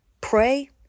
Pray